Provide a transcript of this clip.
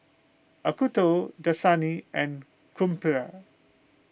Acuto Dasani and Crumpler